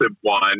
one